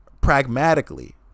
pragmatically